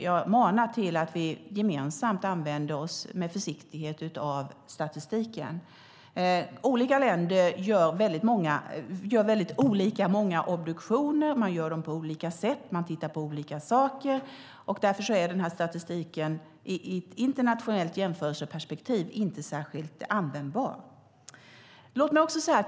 Jag manar till att vi gemensamt med försiktighet använder oss av statistiken. Olika länder gör väldigt olika många obduktioner, man gör på olika sätt, och man tittar på olika saker. Därför är statistiken i ett internationellt jämförelseperspektiv inte särskilt användbar.